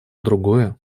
другое